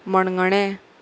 मणगणें